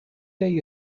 day